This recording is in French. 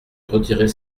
retirer